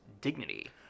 dignity